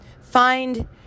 find